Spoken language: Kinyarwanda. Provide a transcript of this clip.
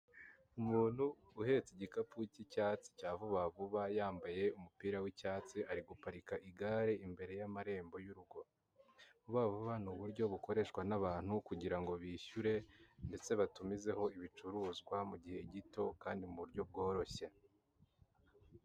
Umuntu uhetse igikapu k'icyatsi cya vuba vuba yambaye umupira w'icyatsi ari guparika igare imbere y'amarembo y'urugo. Vuba vuba ni uburyo bikoreshwa n'abantu kugira ngo bishyure ndetse batumizeho ibicuruzwa mu gihe gito kandi mu buryo bworoshye.